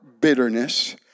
bitterness